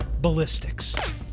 ballistics